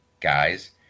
guys